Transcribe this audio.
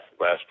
last